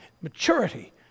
maturity